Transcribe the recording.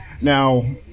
Now